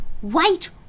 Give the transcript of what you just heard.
White